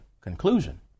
conclusion